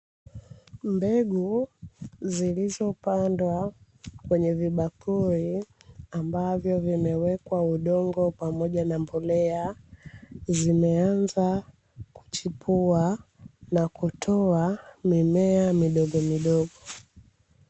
Mbegu zilizopandwa kwenye vibakuri ambavyo vimewekwa udongo pamoja na mbolea, zimeanza kuchipua na kutoa mimea midogomidogo.